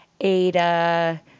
Ada